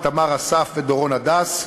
איתמר אסף ודורון הדס.